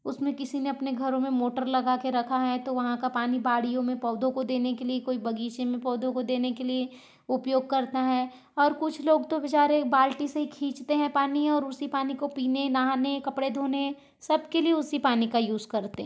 उसमें किसी ने अपने घरों में मोटर लगा के रखा है तो वहाँ का पानी बाड़ियों में पौधों को देने के लिए कोई बगीचे में पौधों को देने के लिए उपयोग करता है और कुछ लोग तो बेचारे बाल्टी से खींचते है पानी और उसी को पीने नहाने कपड़े धोने सबके लिए उसी पानी का यूज़ करते हैं